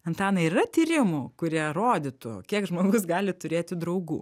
antanai ar yra tyrimų kurie rodytų kiek žmogus gali turėti draugų